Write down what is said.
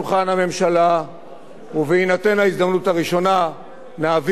ובהינתן ההזדמנות הראשונה נעביר את זה גם כהצעת חוק.